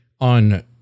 on